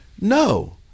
no